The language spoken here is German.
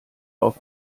auf